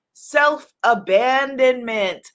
self-abandonment